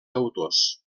autors